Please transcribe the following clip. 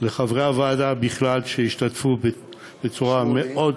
לחברי הוועדה בכלל, שהשתתפו בצורה מאוד